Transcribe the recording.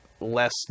less